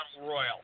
Royal